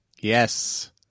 Yes